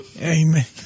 Amen